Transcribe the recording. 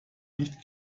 nicht